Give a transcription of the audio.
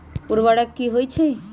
उर्वरक की होई छई बताई?